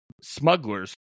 smugglers